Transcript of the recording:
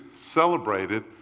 celebrated